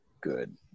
good